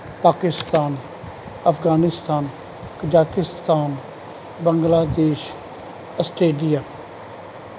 Pakistan Afghanistan Kazakhstan Bangladesh Australia